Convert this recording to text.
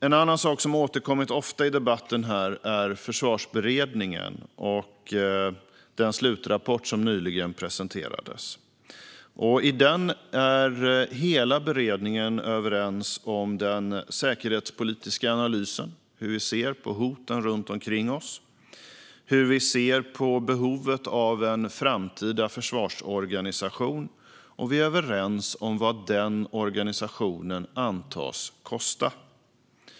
En annan sak som har återkommit ofta i debatten här är Försvarsberedningen och den slutrapport som nyligen presenterades. I rapporten är hela beredningen överens om den säkerhetspolitiska analysen, hur vi ser på hoten runt omkring oss och hur vi ser på behovet av en framtida försvarsorganisation. Vi är också överens om vad denna organisation antas kosta.